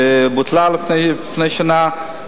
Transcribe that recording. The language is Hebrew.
שבוטלה לפני שנה,